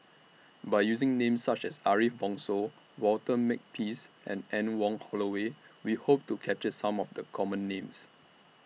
By using Names such as Ariff Bongso Walter Makepeace and Anne Wong Holloway We Hope to capture Some of The Common Names